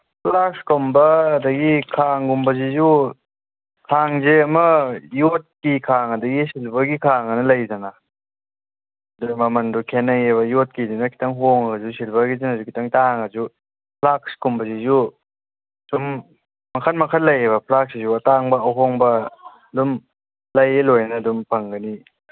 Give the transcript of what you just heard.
ꯐ꯭ꯂꯥꯛꯁꯀꯨꯝꯕ ꯑꯗꯒꯤ ꯈꯥꯡꯒꯨꯝꯕꯁꯤꯁꯨ ꯈꯥꯡꯁꯦ ꯑꯃ ꯌꯣꯠꯀꯤ ꯈꯥꯡ ꯑꯗꯒꯤ ꯁꯤꯜꯚꯔꯒꯤ ꯈꯥꯡ ꯍꯥꯏꯅ ꯂꯩꯗꯅ ꯑꯗꯨ ꯃꯃꯟꯗꯨ ꯈꯦꯠꯅꯩꯌꯦꯕ ꯌꯣꯠꯀꯤꯗꯨꯅ ꯈꯤꯇꯪ ꯍꯣꯡꯉꯒꯁꯨ ꯁꯤꯜꯚꯔꯒꯤꯗꯨꯅ ꯈꯤꯇꯪ ꯇꯥꯡꯉꯒꯁꯨ ꯐ꯭ꯂꯥꯛꯁꯀꯨꯝꯕꯁꯤꯁꯨ ꯁꯨꯝ ꯃꯈꯜ ꯃꯈꯜ ꯂꯩꯌꯦꯕ ꯐ꯭ꯂꯥꯛꯁꯁꯤꯁꯨ ꯑꯇꯥꯡꯕ ꯑꯍꯣꯡꯕ ꯑꯗꯨꯝ ꯂꯩꯌꯦ ꯂꯣꯏꯅ ꯑꯗꯨꯝ ꯐꯪꯒꯅꯤ